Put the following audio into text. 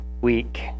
week